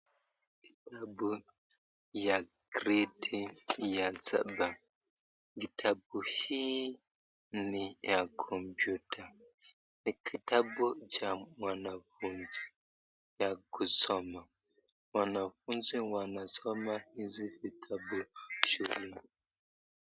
Kitabu ya gredi ya saba , kitabuu hiki ni ya kompyuta , kitabu ya mwanafunzi ya kusoma. Wanafunzi wanasona hizi vitabu shuleni.